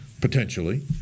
potentially